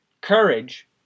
Courage